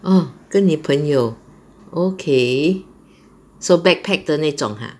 orh 跟你朋友 okay so backpack 的那种 !huh!